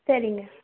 சரிங்க